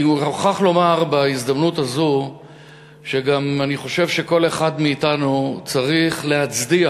אני גם מוכרח לומר בהזדמנות הזאת שאני חושב שכל אחד מאתנו צריך להצדיע